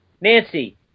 Nancy